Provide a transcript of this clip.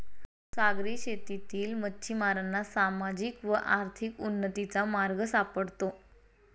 सागरी शेतीतील मच्छिमारांना सामाजिक व आर्थिक उन्नतीचा मार्ग सापडतो